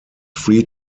free